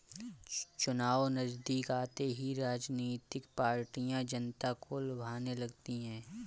चुनाव नजदीक आते ही राजनीतिक पार्टियां जनता को लुभाने लगती है